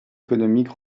économique